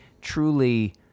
truly